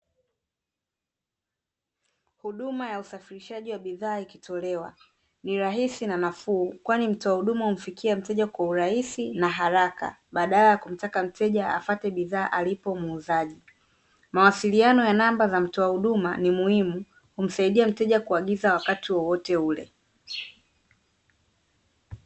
Huduma ya usafirishaji wa bidhaa ikitolewa. Ni rahisi na nafuu kwani mtoa huduma humfikia mteja kwa urahisi na haraka, badala ya kumtaka mteja afate bidhaa alipo muuzaji. Mawasiliano ya namba za mtoa huduma ni muhimu, humsaidia mteja kuagiza wakati wowote ule.